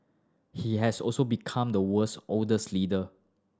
he has also become the world's oldest leader